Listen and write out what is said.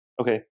okay